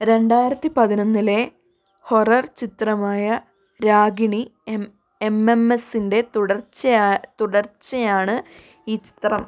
രണ്ടായിരത്തി പതിനൊന്നിലെ ഹൊറർ ചിത്രമായ രാഗിണി എം എം എം എസിൻ്റെ തുടർച്ചയാണ് ഈ ചിത്രം